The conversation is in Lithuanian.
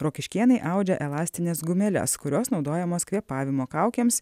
rokiškėnai audžia elastines gumeles kurios naudojamos kvėpavimo kaukėms